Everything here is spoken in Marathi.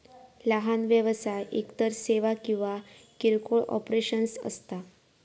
लहान व्यवसाय एकतर सेवा किंवा किरकोळ ऑपरेशन्स असता